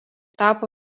tapo